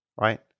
right